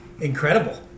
incredible